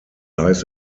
lies